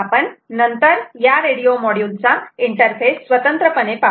आपण नंतर या रेडिओ मॉड्यूल चा इंटरफेस स्वतंत्रपणे पाहू